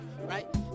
right